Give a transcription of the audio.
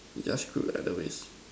you are screwed either ways